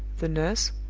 the nurse,